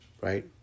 Right